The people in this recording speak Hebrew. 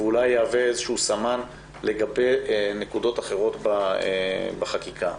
ואולי יהווה סמן לגבי נקודות אחרות בחקיקה.